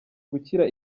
gukira